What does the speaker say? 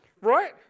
Right